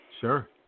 Sure